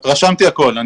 רשמתי הכול.